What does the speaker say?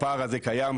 הפער הזה קיים,